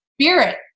spirit